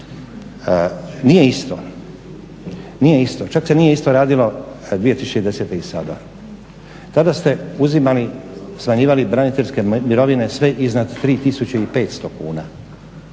Nije isto, čak se nije isto radilo 2010. i sada. Tada ste smanjivali braniteljske mirovine sve iznad 3500 kuna,